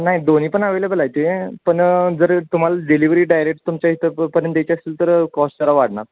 नाही दोन्ही पण अवेलेबल आहे ते पण जर तुम्हाला डिलिव्हरी डायरेक्ट तुमच्या इथपर्यंत द्यायची असेल तर कॉस्ट जरा वाढणार